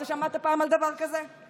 אתה שמעת פעם על דבר כזה?